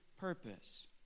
purpose